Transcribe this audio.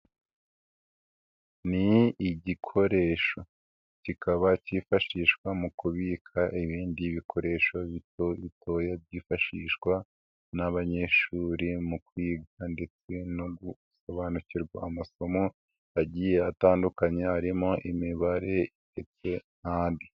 Ni igikoresho kikaba cyifashishwa mu kubika ibindi bikoresho bito bitoya byifashishwa n'abanyeshuri mu kwiga ndetse no gusobanukirwa amasomo agiye atandukanye harimo imibare ndetse n'andi.